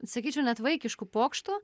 sakyčiau net vaikiškų pokštų